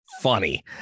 funny